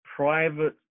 private